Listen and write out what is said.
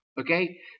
Okay